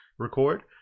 record